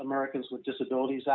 americans with disabilities